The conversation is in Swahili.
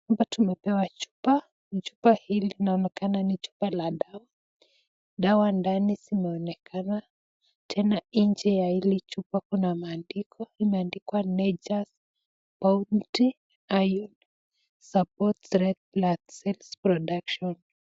Hapa tumepewa chupa, chupa hii inaonekana ni chupa la dawa, dawa ndani znaonekana tena nje ya hili chupa kuna maaandiko imeandikwa nature's bounty iron supports red blood cells production .